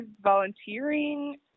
volunteering